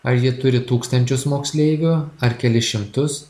ar ji turi tūkstančius moksleivių ar kelis šimtus